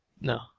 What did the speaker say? No